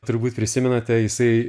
turbūt prisimenate jisai